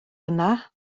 yna